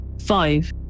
Five